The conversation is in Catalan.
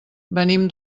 venim